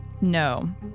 no